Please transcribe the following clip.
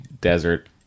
desert